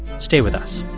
stay with us